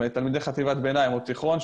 תלמידי חטיבת הביניים או התיכון,